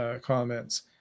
comments